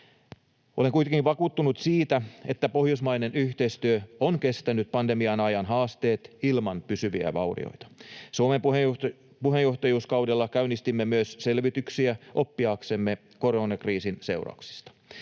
Olen kuitenkin vakuuttunut siitä, että pohjoismainen yhteistyö on kestänyt pandemian ajan haasteet ilman pysyviä vaurioita. Suomen puheenjohtajuuskaudella käynnistimme myös selvityksiä oppiaksemme koronakriisin seurauksista.